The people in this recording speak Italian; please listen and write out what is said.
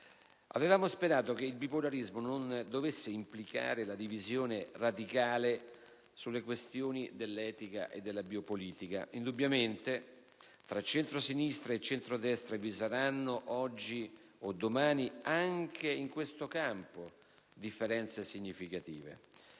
Avevamo sperato che il bipolarismo non dovesse implicare la divisione radicale sulle questioni dell'etica e della biopolitica. Indubbiamente tra centrosinistra e centrodestra vi saranno, oggi o domani, anche in questo campo differenze significative;